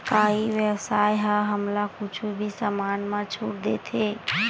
का ई व्यवसाय ह हमला कुछु भी समान मा छुट देथे?